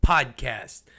Podcast